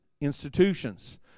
institutions